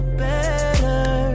better